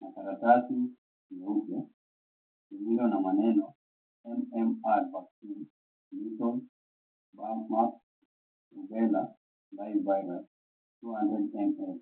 na karatasi nyeupe iliyo na maneno, MMR Vaccine piriton 11 truvel human Virus 200mm.